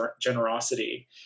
generosity